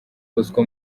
bosco